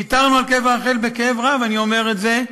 ויתרנו על קבר רחל, בכאב רב אני אומר את זה.